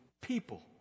people